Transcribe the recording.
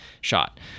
shot